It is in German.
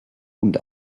und